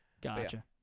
Gotcha